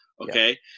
Okay